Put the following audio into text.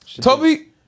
Toby